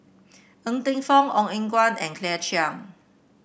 Ng Teng Fong Ong Eng Guan and Claire Chiang